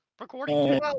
recording